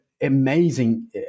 amazing